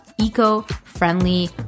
eco-friendly